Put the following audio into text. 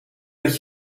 dat